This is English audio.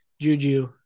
Juju